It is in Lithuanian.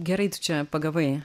gerai tu čia pagavai